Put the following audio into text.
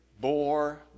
bore